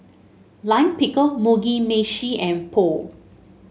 Lime Pickle Mugi Meshi and Pho